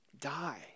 Die